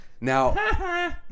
now